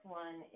one